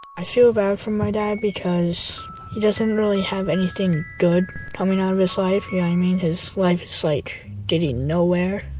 i feel bad for my dad because he doesn't really have anything good coming out of his life, i mean his life is like getting nowhere